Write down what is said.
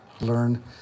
learn